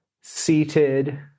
seated